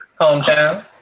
hometown